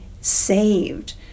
saved